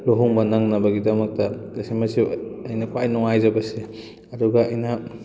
ꯂꯨꯍꯣꯡꯕ ꯅꯪꯅꯕꯒꯤꯗꯃꯛꯇ ꯑꯁꯤꯃꯁꯨ ꯑꯩꯅ ꯈ꯭ꯋꯥꯏ ꯅꯨꯡꯉꯥꯏꯖꯕꯁꯦ ꯑꯗꯨꯒ ꯑꯩꯅ